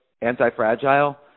Anti-Fragile